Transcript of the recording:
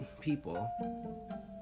people